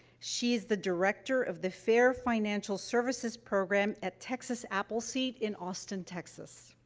she's the director of the fair financial services program at texas appleseed in austin, texas.